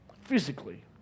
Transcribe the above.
physically